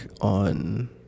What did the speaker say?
on